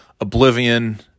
Oblivion